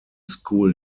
school